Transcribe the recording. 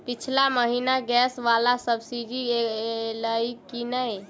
पिछला महीना गैस वला सब्सिडी ऐलई की नहि?